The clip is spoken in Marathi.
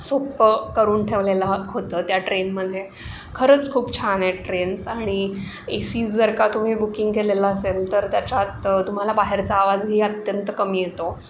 सोप्पं करून ठेवलेलं होतं त्या ट्रेनमध्ये खरंच खूप छान आहेत ट्रेन्स ए सीज जर का तुम्ही बुकिंग केलेलं असेल तर त्याच्यात तुम्हाला बाहेरचा आवाजही अत्यंत कमी येतो